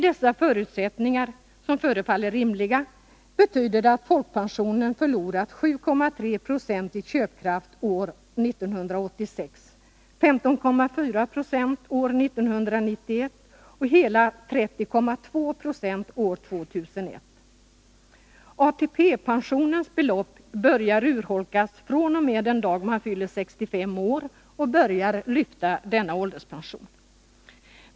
Dessa förutsättningar — som förefaller rimliga — kommer att betyda att folkpensionen förlorat 7,3 96 i köpkraft år 1986, 15,4 20 år 1991 och hela 30,2 20 år 2001. ATP-beloppet börjar urholkas från och med den dag man fyller 65 år och börjar lyfta denna ålderspension.